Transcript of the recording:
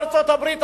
בארצות-הברית,